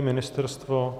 Ministerstvo?